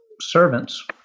servants